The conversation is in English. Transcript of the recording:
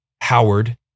Howard